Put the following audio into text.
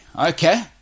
Okay